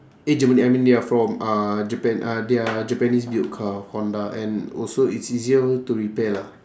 eh germany I mean they are from uh japan uh they are japanese built car honda and also it's easier to repair lah